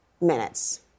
minutes